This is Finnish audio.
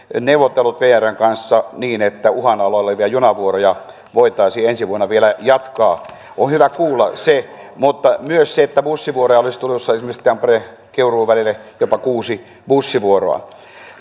neuvotellut vrn kanssa niin että uhan alla olevia junavuoroja voitaisiin ensi vuonna vielä jatkaa on hyvä kuulla myös se että bussivuoroja olisi tulossa esimerkiksi tampere keuruu välille jopa kuusi bussivuoroa